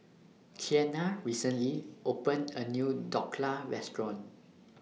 Kianna recently opened A New Dhokla Restaurant